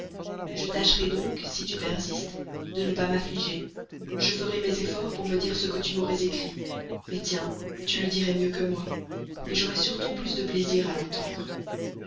je tâcherai donc si tu persistes de ne pas m'affliger je ferai mes efforts pour me dire ce que tu m'aurais écrit mais tiens tu le dirais mieux que moi j'aurais surtout plus de plaisir à l'entendre